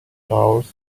towards